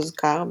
הוא הוזכר,